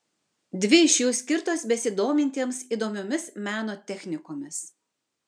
dvi iš jų skirtos besidomintiems įdomiomis meno technikomis